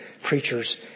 preachers